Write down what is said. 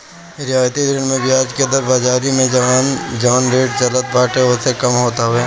रियायती ऋण में बियाज के दर बाजारी में जवन रेट चलत बाटे ओसे कम होत हवे